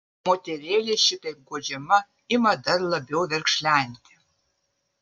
moterėlė šitaip guodžiama ima dar labiau verkšlenti